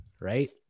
Right